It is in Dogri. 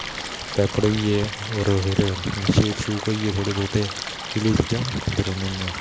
पापड होई गे और फिर शेक शौक होई गे थोह्डे़ बहूते इयै जेही चीजां खंदे रौंहने आं